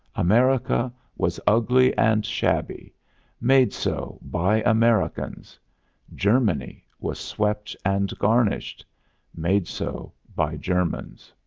america was ugly and shabby made so by americans germany was swept and garnished made so by germans.